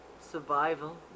survival